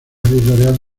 editorial